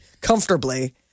comfortably